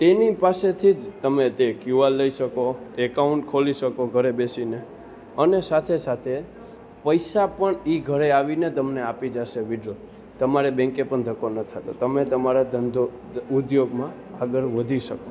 તેની પાસેથી જ તમે તે ક્યુઆર લઈ શકો એકાઉન્ટ ખોલી શકો ઘરે બેસીને અને સાથે સાથે પૈસા પણ એ ઘરે આવીને તમને આપી જાશે વિધડ્રોલ તમારે બેન્કે પણ ધક્કો ન થાતો તમે તમારો ધંધો ઉદ્યોગમાં આગળ વધી શકો